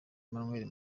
emmanuel